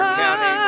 county